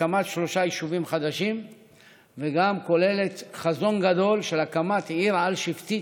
הקמת שלושה יישובים חדשים וגם כוללת חזון גדול של הקמת עיר על-שבטית,